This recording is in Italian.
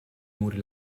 muri